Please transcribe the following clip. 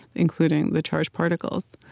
including the charged particles.